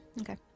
okay